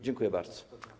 Dziękuję bardzo.